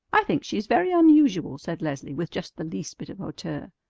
i think she is very unusual, said leslie with just the least bit of hauteur.